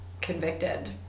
convicted